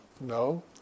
No